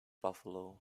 buffalo